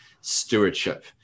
stewardship